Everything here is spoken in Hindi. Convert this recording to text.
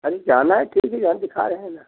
अरे जाना है ठीक है यार दिखा रहे हैं ना